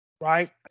right